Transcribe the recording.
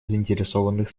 заинтересованных